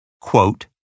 quote